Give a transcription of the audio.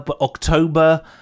October